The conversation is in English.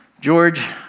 George